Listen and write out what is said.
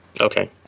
Okay